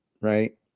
right